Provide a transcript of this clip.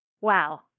Wow